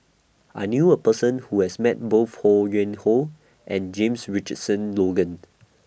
I knew A Person Who has Met Both Ho Yuen Hoe and James Richardson Logan